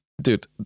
Dude